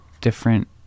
different